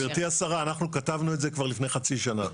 גברתי השרה, אנחנו כתבנו את זה כבר לפני חצי שנה.